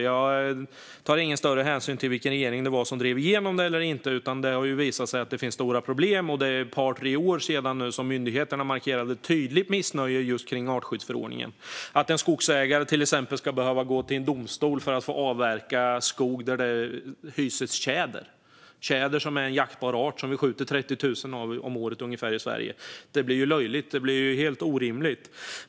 Jag tar ingen större hänsyn till vilken regering det var som drev igenom detta eller inte. Det har ju visat sig att det finns stora problem, och det är ett par tre år sedan som myndigheterna markerade ett tydligt missnöje just kring artskyddsförordningen. Jag tänker till exempel på att en skogsägare ska behöva gå till en domstol för att få avverka skog där det finns tjäder. Tjäder är en jaktbar art - vi skjuter ungefär 30 000 om året i Sverige. Detta blir löjligt. Det blir helt orimligt.